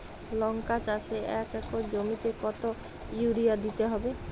লংকা চাষে এক একর জমিতে কতো ইউরিয়া দিতে হবে?